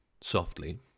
softly